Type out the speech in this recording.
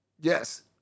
Yes